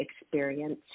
experience